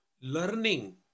learning